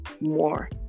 more